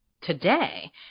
today